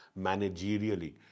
managerially